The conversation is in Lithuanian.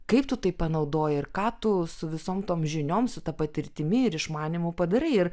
kaip tu tai panaudoia ir ką tu su visom tom žinioms su ta patirtimi ir išmanymu padarai ir